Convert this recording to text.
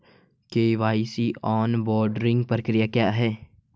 KYC onboarding प्रक्रिया क्या है?